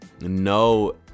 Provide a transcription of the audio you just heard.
no